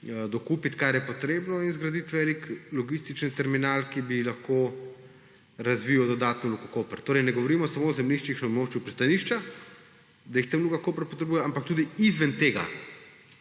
dokupiti, kar je potrebno, in zgraditi velik logistični terminal, ki bi lahko razvijal dodatno Luko Koper. Torej ne govorimo samo o zemljiščih na območju pristanišča, da jih tam Luka Koper potrebuje, ampak tudi izven tega.